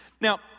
Now